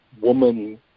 woman